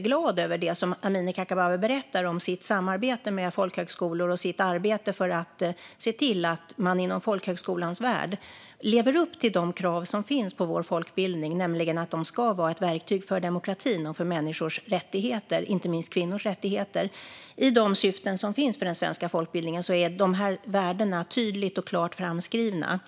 glad över det Amineh Kakabaveh berättar om sitt samarbete med folkhögskolor och arbete med att se till att man inom folkhögskolans värld lever upp till de krav som finns på vår folkbildning: att de ska vara ett verktyg för demokratin och för människors, inte minst kvinnors, rättigheter. I de syften som finns för den svenska folkbildningen är de värdena tydligt och klart framskrivna.